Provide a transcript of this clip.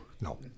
no